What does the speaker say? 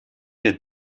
that